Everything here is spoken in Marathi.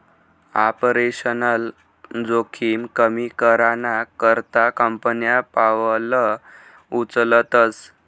आपरेशनल जोखिम कमी कराना करता कंपन्या पावलं उचलतस